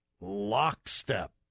lockstep